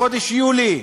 בחודש יולי,